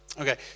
Okay